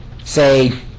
say